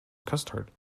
custard